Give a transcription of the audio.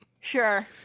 sure